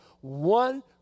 One